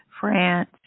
France